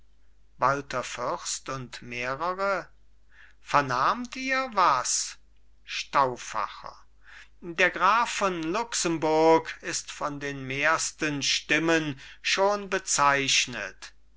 fürst und mehrere vernahmt ihr was stauffacher der graf von luxemburg ist von den mehrsten stimmen schon bezeichnet